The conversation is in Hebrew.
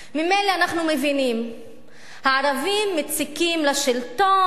מילא אנחנו מבינים שהערבים מציקים לשלטון,